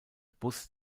bus